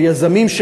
של יזמים,